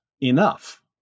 enough